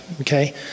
Okay